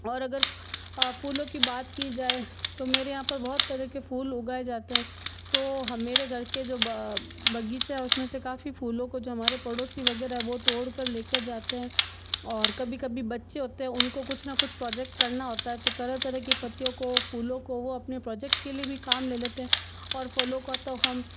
और अगर फ़ूलों की बात की जाए तो मेरे यहाँ पर बहुत तरह के फ़ूल उगाए जाते हैं तो हम मेरे घर के जो बगीचा उसमें से काफ़ी फ़ूलों को जो हमारे पड़ोसी वगैरह है वो तोड़कर लेकर जाते हैं और कभी कभी बच्चे होते हैं उनको कुछ ना कुछ प्रोजेक्ट करना होता है तो तरह तरह की पत्तियों को फ़ूलों को वो अपने प्रोजेक्ट के लिए भी काम ले लेते हैं और फ़लों का तो हम